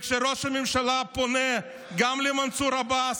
כשראש הממשלה פונה גם למנסור עבאס,